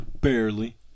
Barely